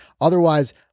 Otherwise